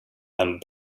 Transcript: and